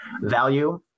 value